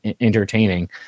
entertaining